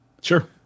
Sure